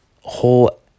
whole